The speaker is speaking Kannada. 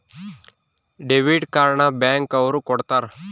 ಡೆಬಿಟ್ ಕಾರ್ಡ್ ನ ಬ್ಯಾಂಕ್ ಅವ್ರು ಕೊಡ್ತಾರ